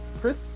Chris